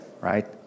right